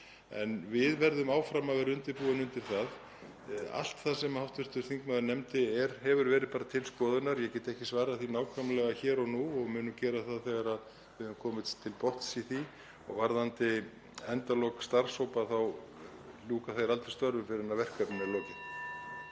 En við verðum áfram að vera undirbúin undir það. Allt það sem hv. þingmaður nefndi hefur verið til skoðunar. Ég get ekki svarað því nákvæmlega hér og nú og mun gera það þegar við höfum komist til botns í því. Varðandi endalok starfshópa þá ljúka þeir aldrei störfum fyrr en verkefninu er lokið.